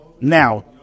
now